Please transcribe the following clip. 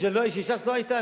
כשש"ס לא היתה,